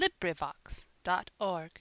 LibriVox.org